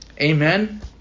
Amen